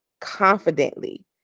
confidently